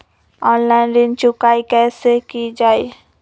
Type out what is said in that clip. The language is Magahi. ऑनलाइन ऋण चुकाई कईसे की ञाई?